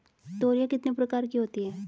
तोरियां कितने प्रकार की होती हैं?